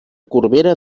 corbera